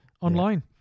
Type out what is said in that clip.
online